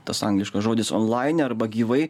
tas angliškas žodis onlain arba gyvai